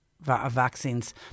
Vaccines